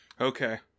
Okay